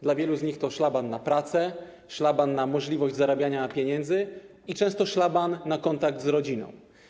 Dla wielu z nich to szlaban na pracę, szlaban na możliwość zarabiania pieniędzy i często szlaban na kontakt z rodziną.